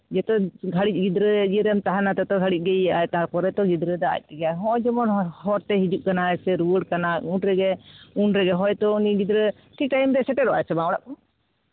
ᱡᱚᱛᱚ ᱜᱷᱟᱹᱲᱤᱡ ᱜᱤᱫᱽᱨᱟᱹ ᱤᱭᱟᱹ ᱨᱮᱢ ᱛᱟᱦᱮᱱᱟ ᱛᱚᱛᱚ ᱜᱷᱟᱹᱲᱤᱡ ᱜᱮ ᱤᱭᱟᱹᱜ ᱟᱭ ᱛᱟᱨᱯᱚᱨᱮ ᱜᱤᱫᱽᱨᱟᱹ ᱫᱚ ᱟᱡ ᱛᱮᱜᱮ ᱱᱚᱜᱼᱚᱭ ᱡᱮᱢᱚᱱ ᱦᱚᱨᱛᱮ ᱦᱤᱡᱩᱜ ᱠᱟᱱᱟᱭ ᱨᱩᱣᱟᱹᱲ ᱠᱟᱱᱟᱭ ᱩᱱ ᱨᱮᱜᱮ ᱦᱳᱭᱛᱳ ᱩᱱᱤ ᱜᱤᱫᱽᱨᱟᱹ ᱴᱷᱤᱠ ᱴᱟᱭᱤᱢᱨᱮ ᱥᱮᱴᱮᱨᱚᱜ ᱟᱭ ᱥᱮ ᱵᱟᱝ ᱚᱲᱟᱜ